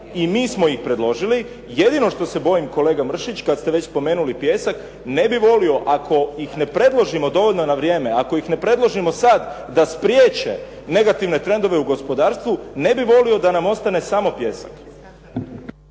i mi smo ih predložili. Jedino što se bojim kolega Mršić kad ste već spomenuli pijesak ne bih volio ako ih ne predložimo dovoljno na vrijeme, ako ih ne predložimo sad da spriječe negativne trendove u gospodarstvu ne bih volio da nam ostane samo pijesak.